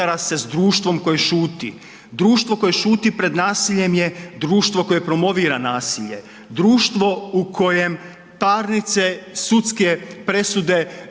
podudara se s društvom koje šuti. Društvo koje šuti pred nasiljem je društvo koje promovira nasilje, društvo u kojem parnice, sudske presude